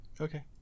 Okay